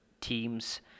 teams